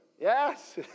Yes